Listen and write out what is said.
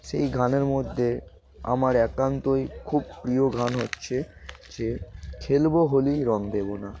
সেই গানের মোদ্যে আমার একান্তই খুব প্রিয় গান হচ্চে যে খেলব হোলি রং দেবো না